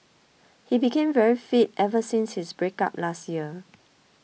he became very fit ever since his breakup last year